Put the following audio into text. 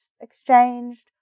exchanged